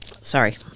sorry